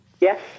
Yes